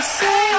say